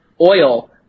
oil